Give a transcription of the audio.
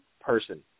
person